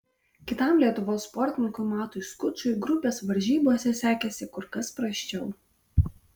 kitam lietuvos sportininkui matui skučui grupės varžybose sekėsi kur kas prasčiau